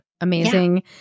Amazing